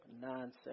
nonsense